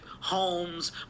homes